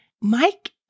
Mike